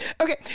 Okay